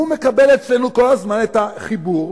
הוא מקבל אצלנו כל הזמן את החיבור